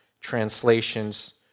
translations